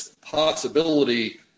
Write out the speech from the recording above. possibility